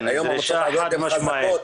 היום המועצות הערביות הן חזקות.